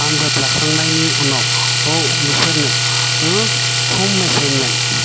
आनजाद लाखांनायनि उनाव औ बिसोरनो हम एसाइनमेन्त